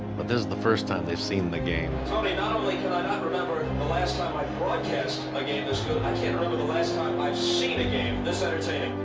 but this is the first time they've seen the game. tony, not only can i not remember and and the last time i broadcast a game this good, i can't remember the last time i've seen a game this entertaining.